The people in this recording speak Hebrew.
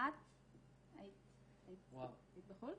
את היית בחו"ל?